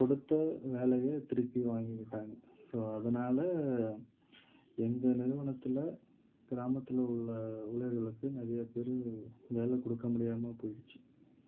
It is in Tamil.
கொடுத்த வேலையை திருப்பி வாங்கிக்கிட்டாங்க ஸோ அதனால் எங்கள் நிறுவனத்தில் கிராமத்தில் உள்ள ஊழியர்களுக்கு நிறைய பேர்க்கு வேலை கொடுக்க முடியாமல் போய்டிச்சு